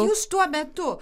jūs tuo metu